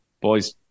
Boys